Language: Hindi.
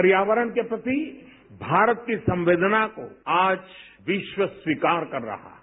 पर्यावरण के प्रति भारत की संवेदना को आज विश्व स्वीकार कर रहा है